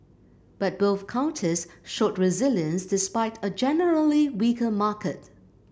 but both counters showed resilience despite a generally weaker market